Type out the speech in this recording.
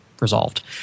resolved